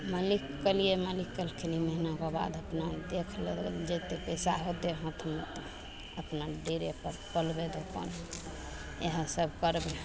मालिकके कहलियै मालिक कहलखिन ई महीनाके बाद अपना देख लेबय जते पैसा होतय हाथमे अपना डेरेपर खोलबय दोकान इएह सब करबय